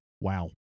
Wow